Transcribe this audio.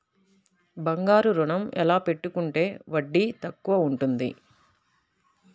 బంగారు ఋణం ఎలా పెట్టుకుంటే వడ్డీ తక్కువ ఉంటుంది?